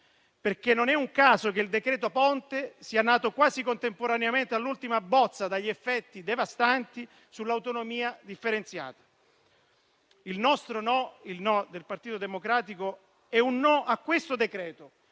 perché non è un caso che il decreto Ponte sia nato quasi contemporaneamente all'ultima bozza dagli effetti devastanti sull'autonomia differenziata. Il nostro no, il no del Partito Democratico è un no a questo decreto